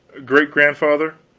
great-grandfather?